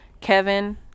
Kevin